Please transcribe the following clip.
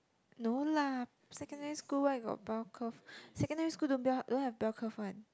no lah secondary school where got bell curve secondary school don't bell don't have bell curve one